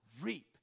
reap